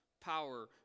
power